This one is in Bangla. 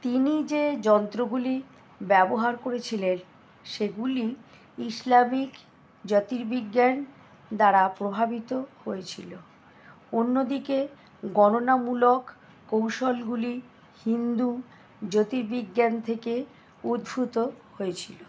তিনি যে যন্ত্রগুলি ব্যবহার করেছিলেন সেগুলি ইসলামিক জ্যোতির্বিজ্ঞান দ্বারা প্রভাবিত হয়েছিলো অন্য দিকে গণনামূলক কৌশলগুলি হিন্দু জ্যোতির্বিজ্ঞান থেকে উদ্ভূত হয়েছিলো